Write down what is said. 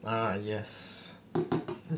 ah yes